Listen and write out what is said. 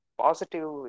positive